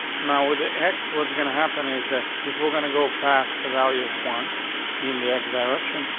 now with the x was gonna happen is that if we're going to go past the value of one in the x direction,